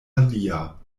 alia